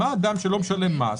מה חל על אדם שלא משלם מס?